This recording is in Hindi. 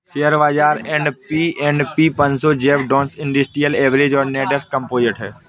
शेयर बाजार एस.एंड.पी पनसो डॉव जोन्स इंडस्ट्रियल एवरेज और नैस्डैक कंपोजिट है